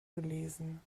gelesen